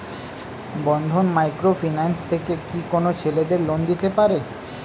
বন্ধন micro finance থেকে কি কোন ছেলেদের লোন দিতে পারে?